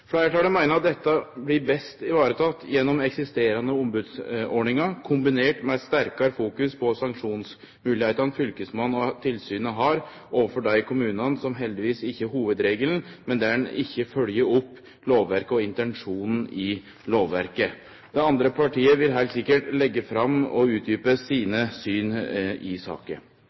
Fleirtalet meiner at dette best blir ivareteke gjennom eksisterande ombodsordningar, kombinert med eit sterkare fokus på sanksjonsmoglegheitene fylkesmannen og tilsynet har overfor dei kommunane – og det er heldigvis ikkje hovudregelen – som ikkje følgjer opp lovverket og intensjonen i lovverket. Dei andre partia vil heilt sikkert leggje fram og utdjupe sine syn i saka.